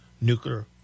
nuclear